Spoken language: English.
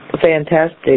fantastic